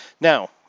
Now